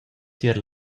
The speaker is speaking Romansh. tier